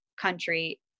country